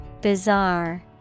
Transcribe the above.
Bizarre